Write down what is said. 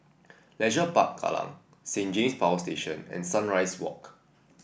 Leisure Park Kallang Saint James Power Station and Sunrise Walk